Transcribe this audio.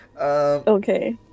Okay